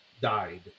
died